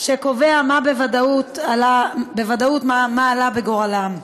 שקובע בוודאות מה עלה בגורלם.